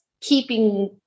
keeping